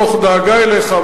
מתוך דאגה אליך,